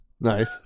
nice